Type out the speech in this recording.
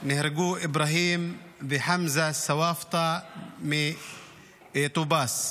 נהרגו איברהים וחמזה סוואפטה מטובאס.